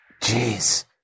Jeez